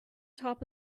top